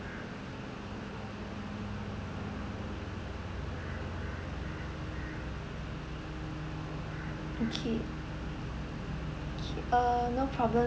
okay okay uh no problem